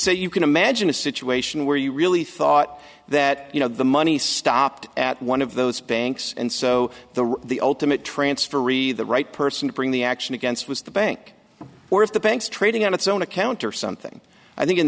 say you can imagine a situation where you really thought that you know the money stopped at one of those banks and so the the ultimate transferee the right person to bring the action against was the bank or if the banks trading on its own account or something i think in